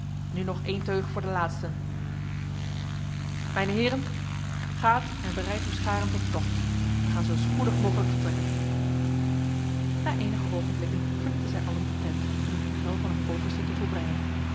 nu nog een teug voor de laatsten mijne heren gaat en bereidt uw scharen tot de tocht wij gaan zo spoedig mogelijk vertrekken na enige ogenblikken verlieten zij allen de tent om het bevel van hun overste te volbrengen